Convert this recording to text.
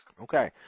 okay